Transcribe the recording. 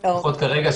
לפחות כרגע,